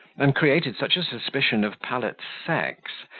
and created such a suspicion of pallet's sex,